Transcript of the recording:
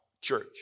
church